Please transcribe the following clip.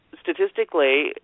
Statistically